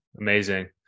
Amazing